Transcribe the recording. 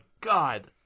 God